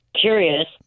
curious